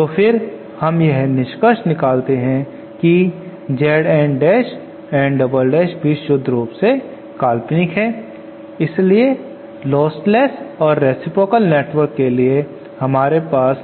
तो फिर हम यह निष्कर्ष निकालते हैं कि Z N dash N double dash भी शुद्ध रूप से काल्पनिक है इसलिए लोस्टलेस और रेसिप्रोकाल नेटवर्क के लिए हमारे पास